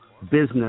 business